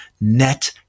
net